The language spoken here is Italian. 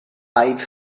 live